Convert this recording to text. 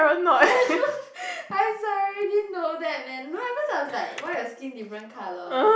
I'm sorry didn't know that man no at first I was like why your skin different colour